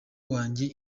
wanjye